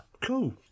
Cool